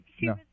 no